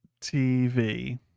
tv